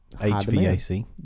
HVAC